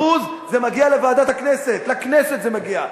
זה מגיע לוועדת הכנסת לכנסת זה מגיע,